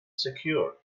secured